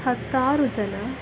ಹತ್ತಾರು ಜನ